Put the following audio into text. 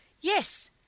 yes